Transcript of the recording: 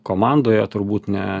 komandoje turbūt ne